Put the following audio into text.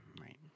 right